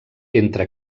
entre